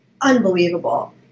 unbelievable